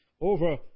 Over